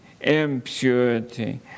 impurity